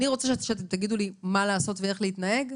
אני רוצה שתגידו לי מה לעשות ואיך להתנהג?